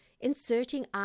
inserting